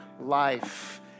life